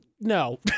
No